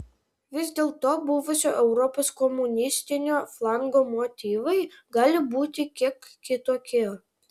vis dėlto buvusio europos komunistinio flango motyvai gali būti kiek kitokie